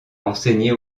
enseigner